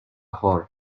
هارپ